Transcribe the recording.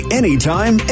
anytime